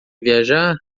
viajar